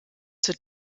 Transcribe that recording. zur